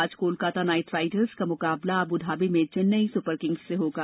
आँज Kolkata knight riders का मुकाबला Abu Dhabi में चेन्नई सुपरकिंग्स से होगा